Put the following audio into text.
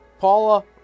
Paula